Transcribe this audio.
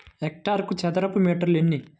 హెక్టారుకు చదరపు మీటర్లు ఎన్ని?